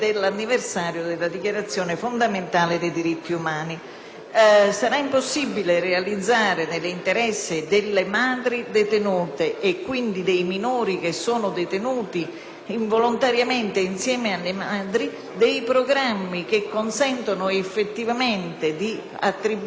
Sarà impossibile realizzare, nell'interesse delle madri detenute e quindi dei minori che sono detenuti involontariamente insieme alle madri, programmi che consentano effettivamente di attribuire condizioni di vita adeguate